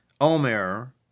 Omer